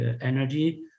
energy